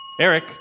Eric